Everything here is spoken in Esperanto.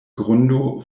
grundo